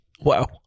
Wow